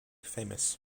famous